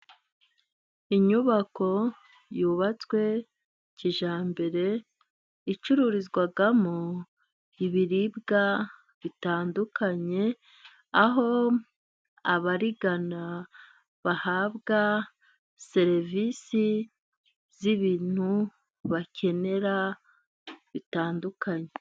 Inyubako yubatswe kijyambere icururizwamo ibiribwa bitandukanye, aho abarigana bahabwa serivisi z'ibintu bakenera bitandukanye.